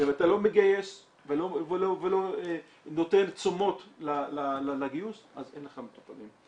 אם אתה לא מגייס ולא נותן תשומות לגיוס אז אין לך מטופלים.